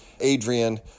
Adrian